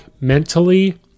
mentally